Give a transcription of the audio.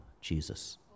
Jesus